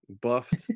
buffed